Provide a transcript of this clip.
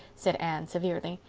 said anne severely.